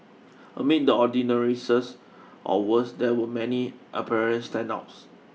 amid the ordinariness or worse there were many apparent standouts